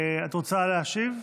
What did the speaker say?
את רוצה להשיב?